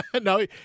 No